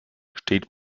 steht